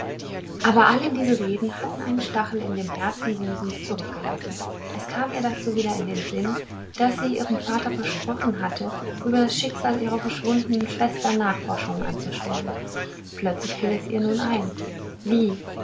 aber alle diese reden hatten einen stachel in dem herzen susens zurückgelassen es kam ihr dazu wieder in den sinn daß sie ihrem vater versprochen hatte über das schicksal ihrer verschwundenen schwestern nachforschungen anzustellen plötzlich fiel es ihr nun ein wie